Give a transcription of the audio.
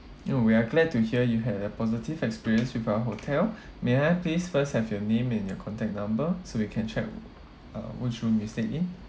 oh we are glad to hear you had a positive experience with our hotel may I please first have your name and your contact number so we can check uh which room you stayed in